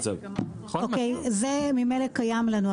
זה ממילא קיים לנו,